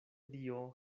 dio